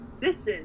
distance